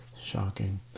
Shocking